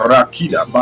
Rakida